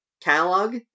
catalog